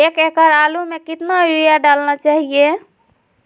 एक एकड़ आलु में कितना युरिया डालना चाहिए?